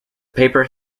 paper